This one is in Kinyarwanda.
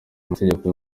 amategeko